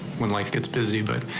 when life gets busy. but